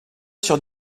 sur